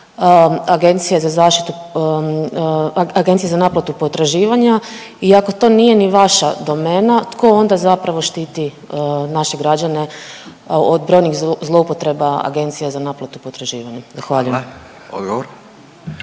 napravili po pitanju agencije za naplatu potraživanja i ako to nije vaša domena tko onda zapravo štiti naše građane od brojnih zloupotreba agencija za naplatu potraživanja? Zahvaljujem.